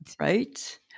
Right